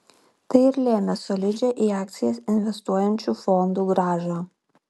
tai ir lėmė solidžią į akcijas investuojančių fondų grąžą